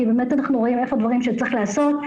כי באמת אנחנו רואים איפה יש דברים שאנחנו צריכים לעשות.